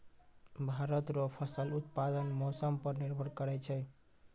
भारत रो फसल उत्पादन मौसम पर निर्भर करै छै